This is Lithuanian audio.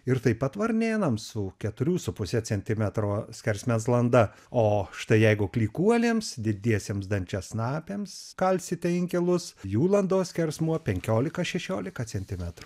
ir taip pat varnėnams su keturių su puse centimetro skersmens landa o štai jeigu klykuolėms didiesiems dančiasnapiams kalsite inkilus jų landos skersmuo penkiolika šešiolika centimetrų